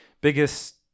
Biggest